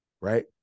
Right